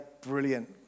brilliant